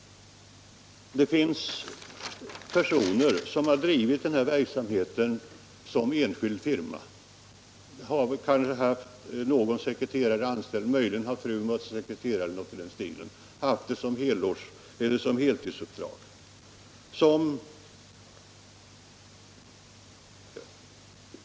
Det finns personer som har drivit den här verksamheten som enskild firma. De har alltså haft det som heltidsuppdrag. De har kanske haft en sekreterare anställd, möjligen har frun varit sekreterare.